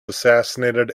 assassinated